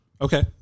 Okay